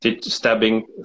stabbing